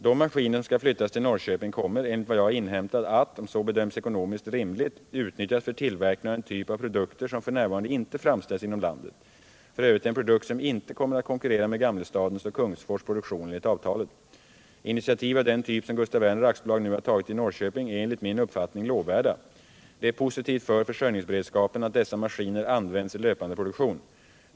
De maskiner som skall flyttas till Norrköping kommer enligt vad jag har inhämtat att, om så bedöms ekonomiskt rimligt, utnyttjas för tillverkning av en typ av produkter som f. n. inte framställs inom landet, f. ö. en produkt som inte kommer att konkurrera med Gamlestadens och Kungsfors produktion enligt avtalet. Initiativ av den typ som Gustaf Werner AB nu har tagit i Norrköping är enligt min uppfattning lovvärda. Det är positivt för försörjningsberedskapen att dessa maskiner används i löpande produktion.